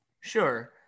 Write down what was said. Sure